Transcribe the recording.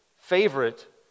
favorite